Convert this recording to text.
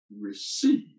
receive